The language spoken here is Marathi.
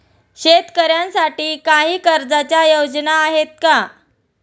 शेतकऱ्यांसाठी काही कर्जाच्या योजना आहेत का?